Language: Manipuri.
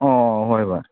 ꯑꯣ ꯍꯣꯏ ꯍꯣꯏ